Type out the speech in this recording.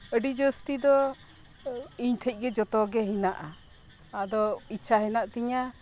ᱟᱰᱤ ᱡᱟᱥᱛᱤ ᱫᱚ ᱤᱧ ᱴᱷᱮᱱ ᱜᱮ ᱡᱷᱚᱛᱚ ᱜᱮ ᱦᱮᱱᱟᱜᱼᱟ ᱟᱫᱚ ᱤᱪᱪᱷᱟ ᱦᱮᱱᱟᱜ ᱛᱤᱧᱟ